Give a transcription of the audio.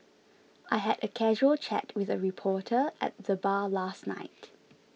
I had a casual chat with a reporter at the bar last night